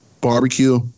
barbecue